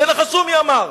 תנחשו מי אמר.